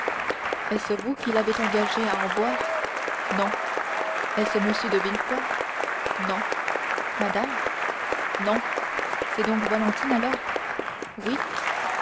est-ce vous qui l'avez engagé à en boire non est-ce m de villefort non madame non c'est donc valentine alors oui